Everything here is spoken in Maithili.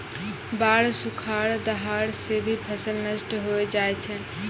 बाढ़, सुखाड़, दहाड़ सें भी फसल नष्ट होय जाय छै